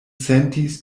sentis